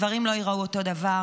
הדברים לא ייראו אותו דבר.